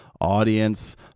audience